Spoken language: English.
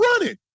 running